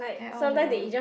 at all the